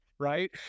Right